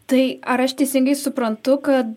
tai ar aš teisingai suprantu kad